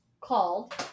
called